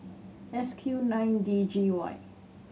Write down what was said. S Q nine D G Y